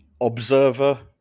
Observer